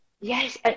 yes